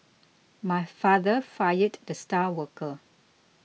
my father fired the star worker